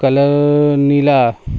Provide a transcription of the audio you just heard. colour نیلا